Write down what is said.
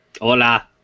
Hola